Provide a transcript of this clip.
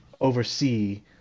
oversee